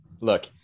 look